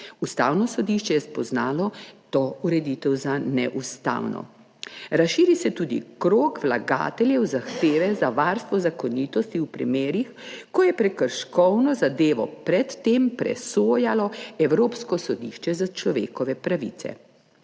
Ustavno sodišče je spoznalo to ureditev za neustavno. Razširi se tudi krog vlagateljev zahteve za varstvo zakonitosti v primerih, ko je prekrškovno zadevo pred tem presojalo Evropsko sodišče za človekove pravice.